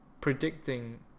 predicting